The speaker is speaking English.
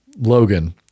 Logan